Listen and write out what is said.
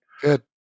Good